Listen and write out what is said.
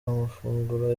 amafunguro